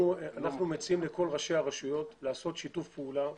אנחנו מציעים לכל ראשי הרשויות לעשות שיתוף פעולה.